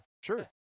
Sure